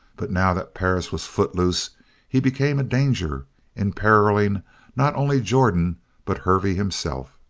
but now that perris was footloose he became a danger imperilling not only jordan but hervey himself.